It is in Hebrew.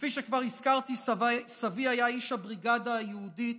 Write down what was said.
כפי שכבר הזכרתי, סבי היה איש הבריגדה היהודית